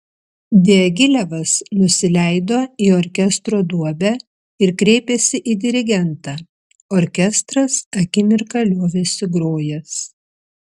diagilevas nusileido į orkestro duobę ir kreipėsi į dirigentą orkestras akimirką liovėsi grojęs